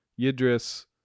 yidris